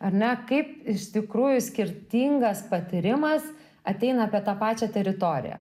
ar ne kaip iš tikrųjų skirtingas patyrimas ateina apie tą pačią teritoriją